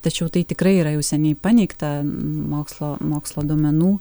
tačiau tai tikrai yra jau seniai paneigta mokslo mokslo duomenų